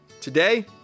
Today